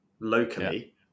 locally